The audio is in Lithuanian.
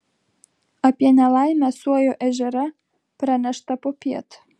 apie nelaimę suojo ežere pranešta popiet